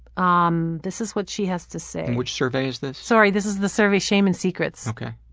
um this is what she has to say. and which survey is this? sorry, this is the survey shame and secrets. ok.